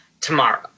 tomorrow